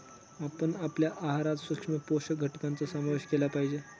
आपण आपल्या आहारात सूक्ष्म पोषक घटकांचा समावेश केला पाहिजे